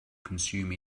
consume